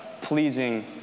pleasing